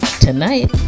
tonight